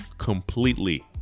completely